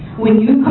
when you